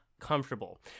comfortable